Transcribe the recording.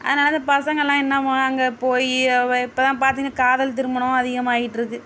அதனால் இந்த பசங்கல்லாம் என்ன அங்கே போய் இப்போலாம் பார்த்திங்கன்னா காதல் திருமணம் அதிகமாயிட்டுருக்கு